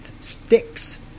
sticks